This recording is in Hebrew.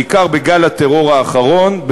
בעיקר בגל הטרור האחרון,